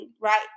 right